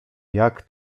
jak